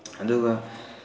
ꯑꯗꯨꯒ